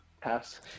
Pass